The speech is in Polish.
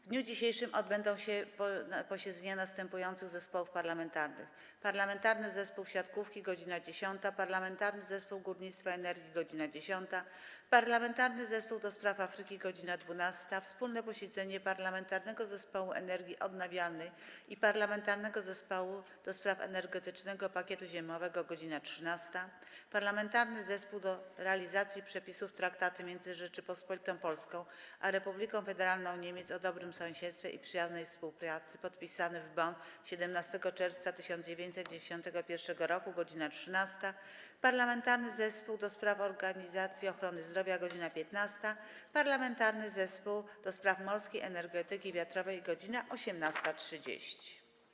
W dniu dzisiejszym odbędą się posiedzenia następujących zespołów parlamentarnych: - Parlamentarnego Zespołu Siatkówki - godz. 10, - Parlamentarnego Zespołu Górnictwa i Energii - godz. 10, - Parlamentarnego Zespołu ds. Afryki - godz. 12, - wspólne posiedzenie Parlamentarnego Zespołu Energii Odnawialnej i Parlamentarnego Zespołu ds. Energetycznego Pakietu Zimowego - godz. 13, - Parlamentarnego Zespołu do Realizacji Przepisów Traktatu między Rzecząpospolitą Polską a Republiką Federalną Niemiec o dobrym sąsiedztwie i przyjaznej współpracy, podpisany w Bonn 17 czerwca 1991 - godz. 13, - Parlamentarnego Zespołu ds. Organizacji Ochrony Zdrowia - godz. 15, - Parlamentarnego Zespołu ds. Morskiej Energetyki Wiatrowej - godz. 18.30.